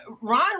Ron